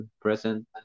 present